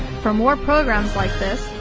for more programs like this,